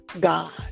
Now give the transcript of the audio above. God